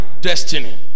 destiny